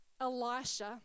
Elisha